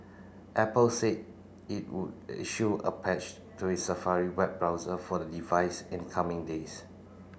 apple said it would issue a patch to its Safari web browser for the device in the coming days